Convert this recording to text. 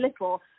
little